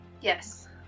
Yes